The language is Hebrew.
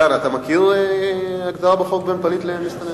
דן, אתה מכיר הגדרה בחוק, בין פליט למסתנן?